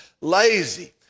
lazy